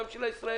גם של הישראלים,